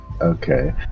Okay